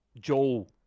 Joel